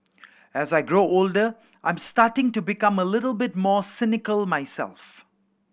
as I grow older I'm starting to become a little bit more cynical myself